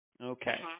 Okay